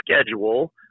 schedule